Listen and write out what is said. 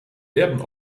werden